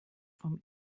vom